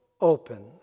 open